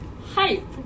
Hype